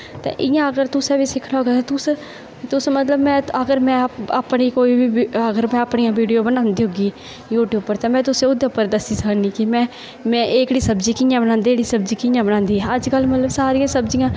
ते इ'यां अगर तुसें बी सिक्खना होगा ते तुस तुस मतलब में अगर में अपनी कोई बी अगर में अपनियां वीडियो बनांदी होगी यूट्यूब उप्पर ते में तुसेंगी ओह्दे उप्पर दस्सी सकनी कि में में एह्कड़ी सब्जी कि'यां बनांदे एह्कड़ी सब्जी कि'यां बनांदे अज्जकल मतलब सारे गी सब्जियां